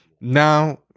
Now